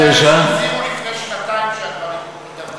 היו כאלה,